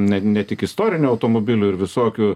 ne ne tik istorinių automobilių ir visokių